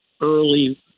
early